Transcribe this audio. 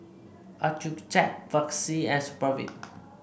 Accucheck Vagisil and Supravit